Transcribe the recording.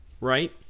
right